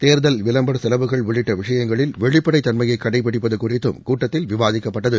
தேர்தல் விளம்பர செலவுகள் உள்ளிட்ட விஷயங்களில் வெளிப்படை தன்மயை கடைபிடிப்பது குறித்தும் கூட்டத்தில் விவாதிக்கப்பட்டது